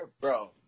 bro